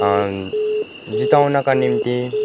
जिताउनका निम्ति